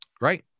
Right